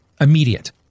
immediate